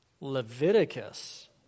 Leviticus